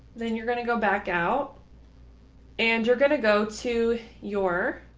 then you're going to go back out and you're going to go to your.